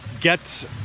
get